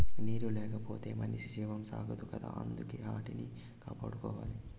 నీరు లేకపోతె మనిషి జీవనం సాగదు కదా అందుకే ఆటిని కాపాడుకోవాల